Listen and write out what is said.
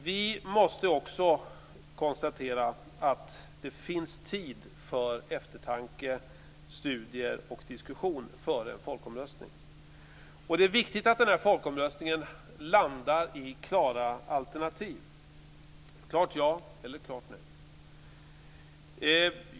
Vi måste också konstatera att det finns tid för eftertanke, studier och diskussion före en folkomröstning. Det är viktigt att den här folkomröstningen landar i klara alternativ: ett klart ja eller ett klart nej.